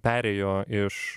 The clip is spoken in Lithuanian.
perėjo iš